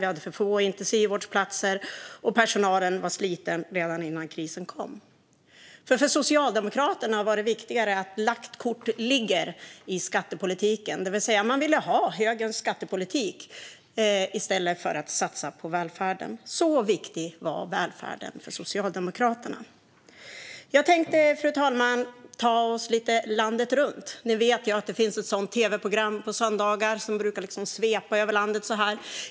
Vi hade för få intensivvårdsplatser, och personalen var sliten redan innan krisen kom. För Socialdemokraterna var det viktigare att lagt kort ligger i skattepolitiken. De valde högerns skattepolitik i stället för att satsa på välfärden. Så viktig var välfärden för Socialdemokraterna. Fru talman! Låt mig ta er lite landet runt. Det finns ju ett tv-program på söndagarna som brukar svepa över landet.